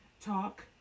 talk